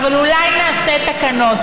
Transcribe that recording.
אבל אולי נעשה תקנות.